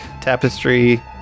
Tapestry